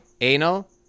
Anal